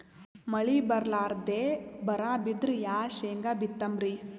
ಮಳಿ ಬರ್ಲಾದೆ ಬರಾ ಬಿದ್ರ ಯಾ ಶೇಂಗಾ ಬಿತ್ತಮ್ರೀ?